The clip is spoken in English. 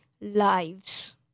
lives